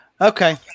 Okay